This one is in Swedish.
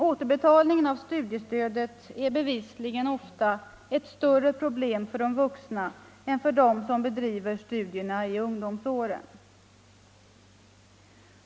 Återbetalningen av studiestödet är bevisligen ofta ett större problem för de vuxna än för dem som bedriver studierna i ungdomsåren.